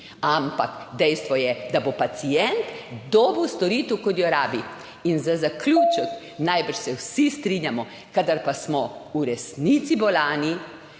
ampak dejstvo je, da bo pacient dobil storitev kot jo rabi. In za zaključek, najbrž se vsi strinjamo, kadar pa smo v resnici bolani,